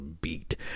beat